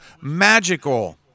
magical